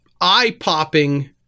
eye-popping